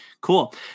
cool